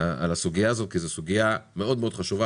על הסוגיה הזו כי זו סוגיה מאוד חשובה